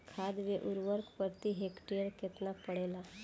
खाध व उर्वरक प्रति हेक्टेयर केतना पड़ेला?